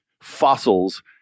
fossils